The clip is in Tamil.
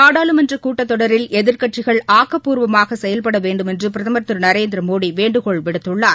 நாடாளுமன்ற கூட்டத்தொடரில் எதிர்க்கட்சிகள் ஆக்கப்பூர்வமாக செயல்பட வேண்டுமென்று பிரதமர் திரு நரேந்திரமோடி வேண்டுகோள் விடுத்துள்ளார்